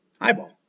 eyeball